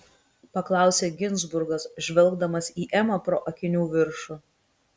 paklausė ginzburgas žvelgdamas į emą pro akinių viršų